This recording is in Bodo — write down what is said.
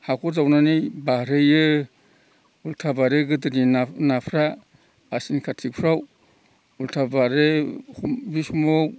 हाखर जावनानै बारहोयो उल्था बारो गोदोनि नाफ्रा आसिन कातिफ्राव उल्था बारो बि समाव